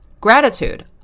gratitude